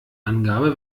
angabe